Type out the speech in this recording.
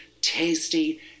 tasty